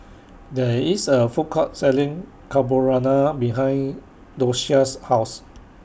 There IS A Food Court Selling Carbonara behind Doshia's House